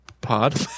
Pod